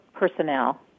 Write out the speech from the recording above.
personnel